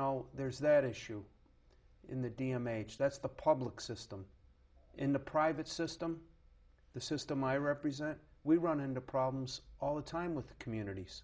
know there's that issue in the d m h that's the public system in the private system the system i represent we run into problems all the time with communities